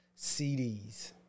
cds